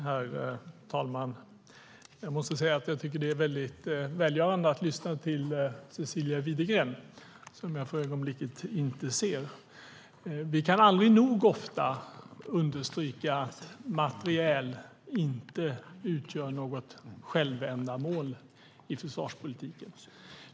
Herr talman! Jag måste säga att det är väldigt välgörande att lyssna till Cecilia Widegren. Vi kan aldrig nog ofta understryka att materiel inte utgör något självändamål i försvarspolitiken.